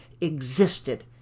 existed